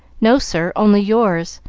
no, sir only yours.